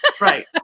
Right